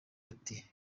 ati